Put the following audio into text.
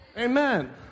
Amen